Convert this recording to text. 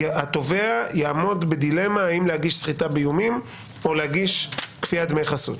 התובע יעמוד בדילמה האם להגיש סחיטה או להגיש כפיית דמי חסות.